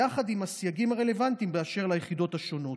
יחד עם הסייגים הרלוונטיים באשר ליחידות השונות.